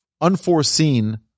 unforeseen